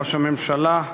ראש הממשלה,